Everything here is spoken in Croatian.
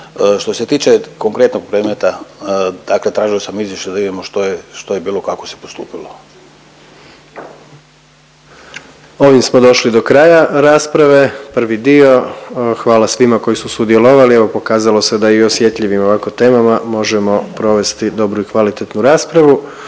Što se tiče konkretnog predmeta, dakle tražio sam izvještaj da vidimo što je bilo, kako se postupalo. **Jandroković, Gordan (HDZ)** Ovim smo došli do kraja rasprave prvi dio. Hvala svima koji su sudjelovali evo pokazalo se da i o osjetljivim ovako temama možemo provesti dobru i kvalitetnu raspravu.